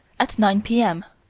at nine p m.